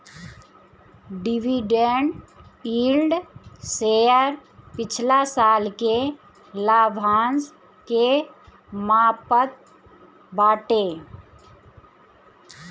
dividend yield share पिछला साल के लाभांश के मापत बाटे